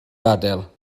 gadael